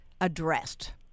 addressed